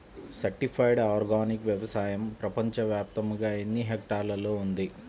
Certified organic వ్యవసాయం ప్రపంచ వ్యాప్తముగా ఎన్నిహెక్టర్లలో ఉంది?